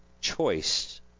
choice